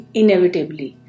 inevitably